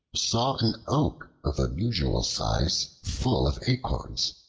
saw an oak of unusual size full of acorns,